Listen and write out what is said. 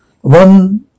one